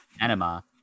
enema